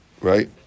right